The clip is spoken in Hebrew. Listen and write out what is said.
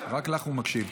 רק לך הוא מקשיב.